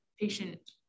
patient